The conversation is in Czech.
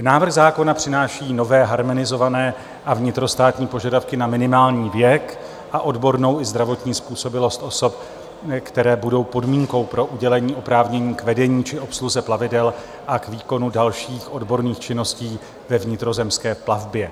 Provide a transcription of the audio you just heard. Návrh zákona přináší nové harmonizované a vnitrostátní požadavky na minimální věk a odbornou i zdravotní způsobilost osob, které budou podmínkou pro udělení oprávnění k vedení či obsluze plavidel a k výkonu dalších odborných činností ve vnitrozemské plavbě.